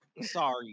sorry